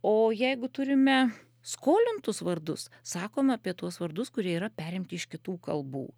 o jeigu turime skolintus vardus sakome apie tuos vardus kurie yra perimti iš kitų kalbų